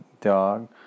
dog